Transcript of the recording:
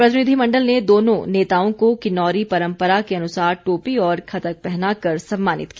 प्रतिनिधि मण्डल ने दोनों नेताओं को किन्नौरी परम्परा के अनुसार टोपी और खतक पहना कर सम्मानित किया